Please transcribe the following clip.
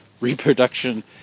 reproduction